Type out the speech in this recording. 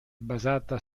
basata